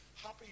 happy